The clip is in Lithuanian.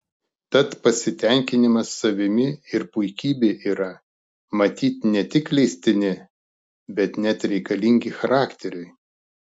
tad pasitenkinimas savimi ir puikybė yra matyt ne tik leistini bet net reikalingi charakteriui